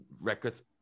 records